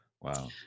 Wow